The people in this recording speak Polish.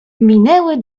minęły